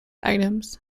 items